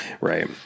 Right